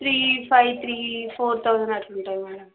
three five three four thousand అట్లా ఉంటుంది madam